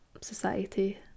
society